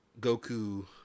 Goku